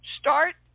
Start